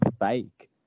fake